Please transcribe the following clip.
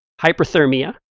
Hyperthermia